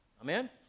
Amen